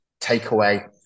takeaway